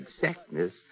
exactness